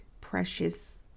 precious